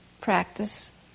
practice